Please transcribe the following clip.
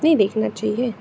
नहीं देखना चाहिए